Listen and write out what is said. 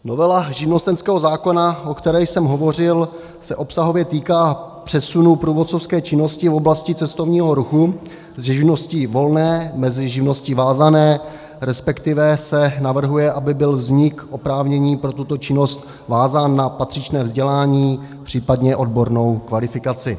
Novela živnostenského zákona, o které jsem hovořil, se obsahově týká přesunu průvodcovské činnosti v oblasti cestovního ruchu ze živnosti volné mezi živnosti vázané, resp. se navrhuje, aby byl vznik oprávnění pro tuto činnost vázán na patřičné vzdělání, případně odbornou kvalifikaci.